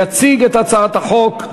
יציג את הצעת החוק,